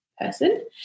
person